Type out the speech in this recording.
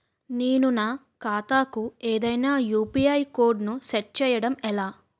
నేను నా ఖాతా కు ఏదైనా యు.పి.ఐ కోడ్ ను సెట్ చేయడం ఎలా?